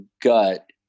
gut